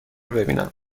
ببینم